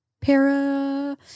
Para